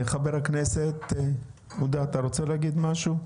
חבר הכנסת עודה, אתה רוצה לומר משהו?